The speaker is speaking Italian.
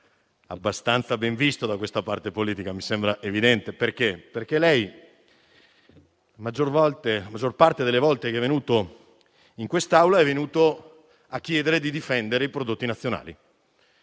abbastanza ben visto da questa parte politica - mi sembra evidente - perché la maggior parte delle volte in cui è venuto in quest'Aula ha chiesto di difendere i prodotti nazionali,